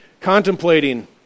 contemplating